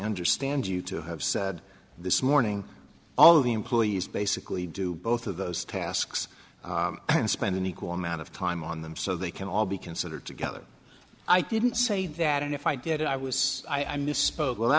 understand you to have said this morning all of the employees basically do both of those tasks and spend an equal amount of time on them so they can all be considered together i didn't say that and if i did i was i misspoke well